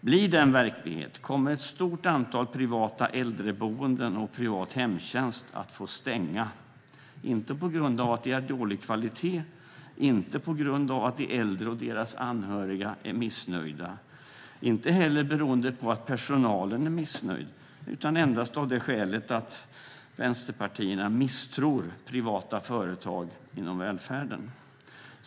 Blir den verklighet kommer ett stort antal privata äldreboenden och privat hemtjänst att få stänga - inte på grund av de har dålig kvalitet, inte på grund av att de äldre och deras anhöriga är missnöjda och inte heller beroende på personalen är missnöjd utan endast av det skälet att vänsterpartierna misstror privata företag inom välfärden.